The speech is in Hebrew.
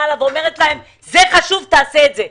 אומרת שזה חשוב וצריך לעשות את זה.